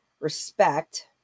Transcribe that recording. respect